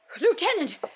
Lieutenant